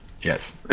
Yes